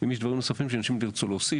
אם יש דברים נוספים שאם תרצו להוסיף,